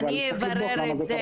צריך לבדוק למה זה קרה.